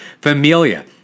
Familia